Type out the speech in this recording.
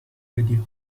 دادی